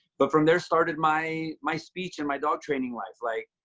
but from there started my my speech and my dog training life. like,